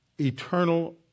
eternal